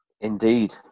Indeed